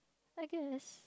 I guess